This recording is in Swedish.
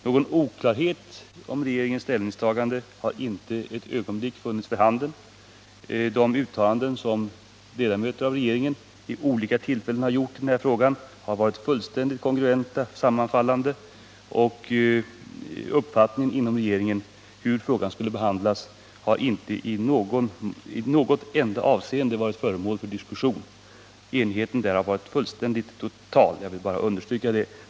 Någon oklarhet om regeringens ställningstagande har inte ett ögonblick varit för handen. De uttalanden som ledamöter av regeringen vid olika tillfällen har gjort i frågan har varit fullständigt kongruenta, alltså sammanfallande, och uppfattningen inom regeringen om hur frågan skulle behandlas har inte i något enda avseende varit föremål för diskussion, utan enigheten där har varit fullständigt total; jag vill bara understryka det.